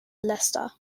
leicester